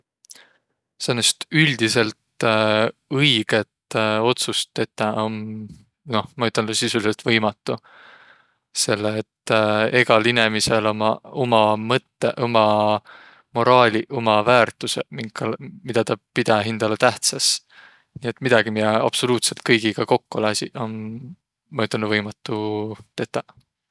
Säänest üldiselt õigõt otsust tetäq om, noh maq ütelnüq sisulidsõlt võimatu, selle et egäl inemisel ummaq umaq mõttõq, umaq moraaliq, umaq väärtüseq, minkal midä tä pidä hindäle tähtsäs. Nii et midägi, miä absoluutsõlt kõigiga kokko lääsiq, om, maq ütelnüq, võimatu tetäq.